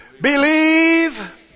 Believe